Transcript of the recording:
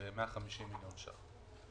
של 150 מיליון שקלים.